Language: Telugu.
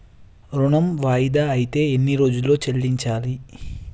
ఋణం వాయిదా అత్తే ఎన్ని రోజుల్లో చెల్లించాలి?